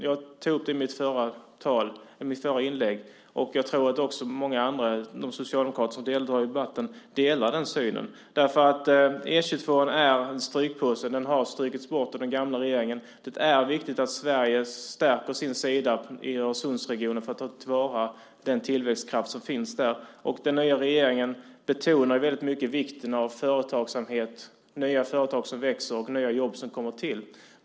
Jag tog upp det i mitt förra inlägg, och jag tror också att de socialdemokrater som deltar i debatten delar den synen. E 22:an är en strykpåse. Den har strukits bort av den gamla regeringen. Det är viktigt att Sverige stärker sin sida i Öresundsregionen för att ta till vara den tillväxtkraft som finns där. Den nya regeringen betonar väldigt mycket vikten av företagsamhet, nya företag som växer och nya jobb som kommer till.